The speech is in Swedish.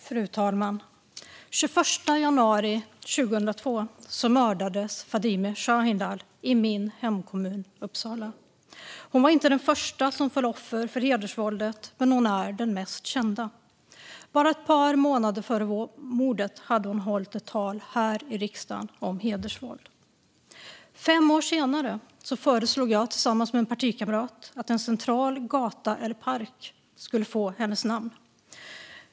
Fru talman! Den 21 januari 2002 mördades Fadime Sahindal i min hemkommun Uppsala. Hon var inte den första som föll offer för hedersvåldet, men hon är den mest kända. Bara ett par månader före mordet hade hon hållit ett tal här i riksdagen om hedersvåld. Fem år senare föreslog jag tillsammans med en partikamrat att en central gata eller park skulle få hennes namn.